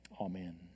Amen